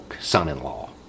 son-in-law